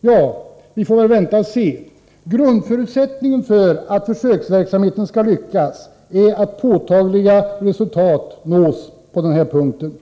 Ja, vi får väl vänta och se. Grundförutsättningen för att försöksverksamheten skall lyckas är att påtagliga resultat nås på den här punkten.